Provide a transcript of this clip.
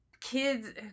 kids